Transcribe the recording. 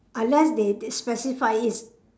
unless they they specify is